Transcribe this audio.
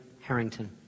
Harrington